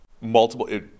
multiple